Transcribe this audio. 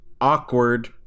Awkward